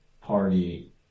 party